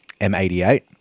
M88